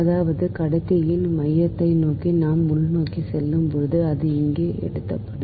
அதாவது கடத்தியின் மையத்தை நோக்கி நாம் உள்நோக்கிச் செல்லும்போது அது இங்கே எழுதப்பட்டுள்ளது